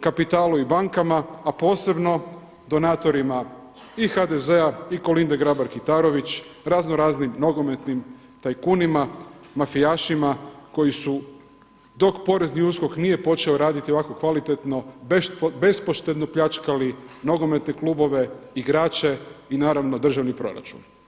kapitalu i bankama, a posebno donatorima i HDZ-a i Kolinde Grabar-Kitarović, raznoraznim nogometnim tajkunima, mafijašima koji su, dok porezni USKOK nije počeo raditi ovako kvalitetno, bespoštedno pljačkali nogometne klubove, igrače i naravno državni proračun.